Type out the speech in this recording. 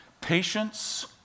patience